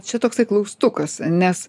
čia toksai klaustukas nes